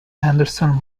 anderson